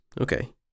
Okay